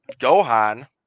Gohan